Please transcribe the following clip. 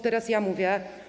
Teraz ja mówię.